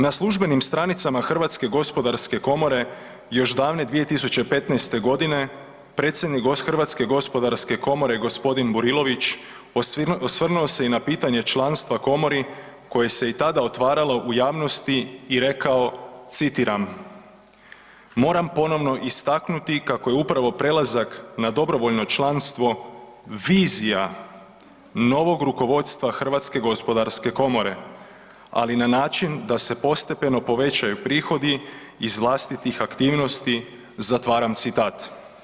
Na službenim stranicama Hrvatske gospodarske komore još davne 2015. godine predsjednik Hrvatske gospodarske komore gospodin Burilović osvrnuo se i na pitanje članstva komori koje se i tada otvaralo u javnosti i rekao citiram: „Moram ponovno istaknuti kako je upravo prelazak na dobrovoljno članstvo vizija novog rukovodstva Hrvatske gospodarske komore, ali na način da se postepeno povećaju prihodi iz vlastitih aktivnosti.“, zatvaram citat.